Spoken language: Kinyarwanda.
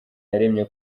yaremye